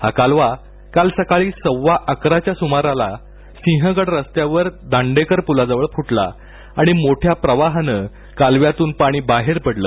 हा कालवा काल सकाळी सव्वा अकराच्या सुमाराला सिंहगड रस्त्यावर दांडेकर पूलाजवळ फुटला आणि मोठ्या प्रवाहानं कालव्यातनं पाणी बाहेर पडलं